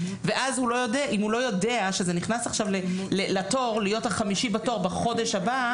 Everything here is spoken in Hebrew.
אם הוא לא יודע שזה נכנס עכשיו להיות החמישי בתור בחודש הבא,